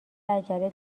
عجله